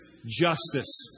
Justice